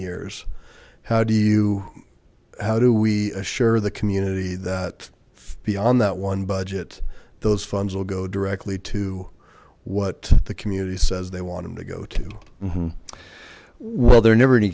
years how do you how do we assure the community that beyond that one budget those funds will go directly to what the community says they want him to go to mm hmm well they're never